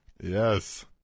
Yes